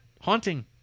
haunting